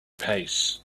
pace